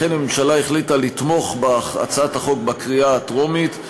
לכן הממשלה החליטה לתמוך בהצעת החוק בקריאה הטרומית,